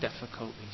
difficulties